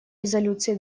резолюции